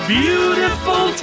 beautiful